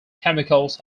chemicals